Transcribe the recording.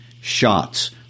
shots